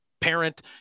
parent